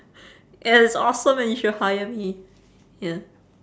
ya it's awesome and you should hire me ya